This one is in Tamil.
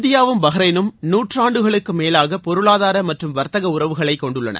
இந்தியாவும் பஹ்ரைனும் நூற்றாண்டுகளுக்கு மேலாக பொருளாதார மற்றும் வர்த்தக உறவுகளை கொண்டுள்ளன